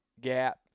gap